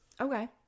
Okay